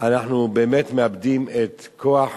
באמת מאבדים את כוח